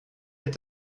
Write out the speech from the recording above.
est